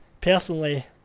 Personally